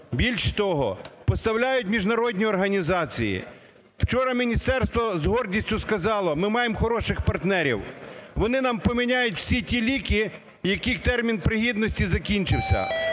Більше того, поставляють міжнародні організації. Вчора міністерство з гордістю сказало, ми маємо хороших партнерів, вони нам поміняють всі ті ліки, яких термін пригідності закінчився.